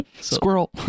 Squirrel